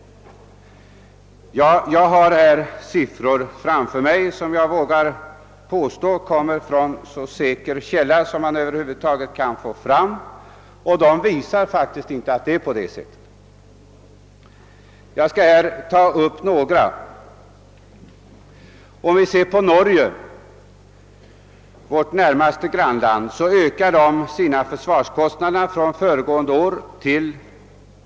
Jag har framför mig siffror som kommer från en så säker källa som man över huvud taget kan åberopa. Dessa siffror visar att det faktiskt inte förhåller sig så som statsrådet sade. Norge — vårt närmaste grannland — ökar i år sina försvarskostnader med 7,3 procent.